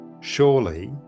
Surely